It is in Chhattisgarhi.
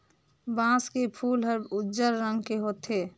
बांस के फूल हर उजर रंग के होथे